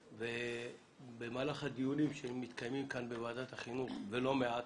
במהלך הדיונים שמתקיימים בוועדת החינוך, שומעים